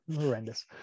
Horrendous